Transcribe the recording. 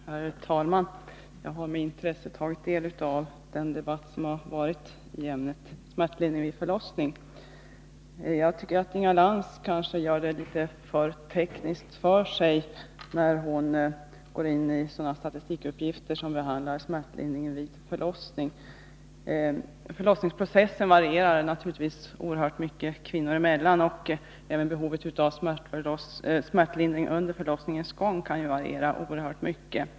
Herr talman! Jag har med intresse tagit del av den debatt som har hållits i ämnet smärtlindring vid förlossning. Jag tycker att Inga Lantz kanske gör det litet för tekniskt för sig när hon går in i statistikuppgifter om smärtlindring vid förlossning. Förlossningsprocessen varierar naturligtvis oerhört mycket kvinnor emellan, och även behovet av smärtlindring under förlossningens gång kan variera oerhört mycket.